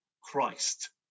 Christ